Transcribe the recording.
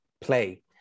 play